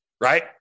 Right